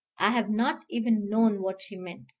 i have not even known what she meant.